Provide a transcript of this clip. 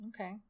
Okay